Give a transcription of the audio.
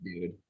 dude